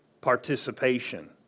participation